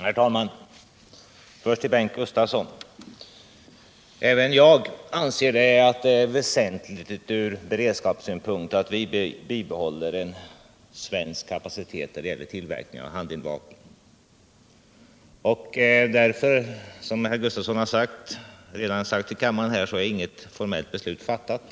Herr talman! Först vill jag till Bengt Gustavsson säga att även jag anser det vara väsentligt från beredskapssynpunkt att bibehålla en svensk kapacitet när det gäller tillverkning av handeldvapen. Som Bengt Gustavsson här sagt är inget formellt beslut fattat.